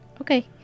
Okay